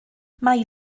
mae